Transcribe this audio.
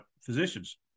physicians